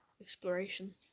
Exploration